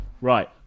Right